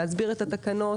להסביר את התקנות.